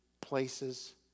places